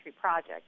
project